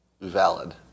valid